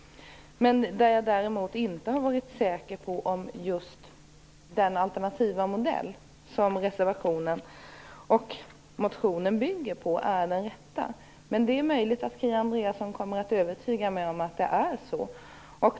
Men jag är inte säker på om just den alternativa modell som reservationen och motionen bygger på är den rätta. Men det är möjligt att Kia Andreasson kommer att övertyga mig att det är så.